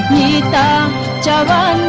da da da